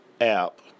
app